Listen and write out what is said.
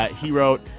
he wrote,